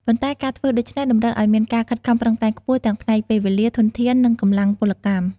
ប៉ុន្តែការធ្វើដូច្នេះ តម្រូវឲ្យមានការខិតខំប្រឹងប្រែងខ្ពស់ ទាំងផ្នែកពេលវេលា ធនធាន និងកម្លាំងពលកម្ម។